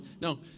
no